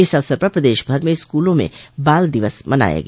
इस अवसर पर प्रदेश भर में स्कूलों में बाल दिवस मनाया गया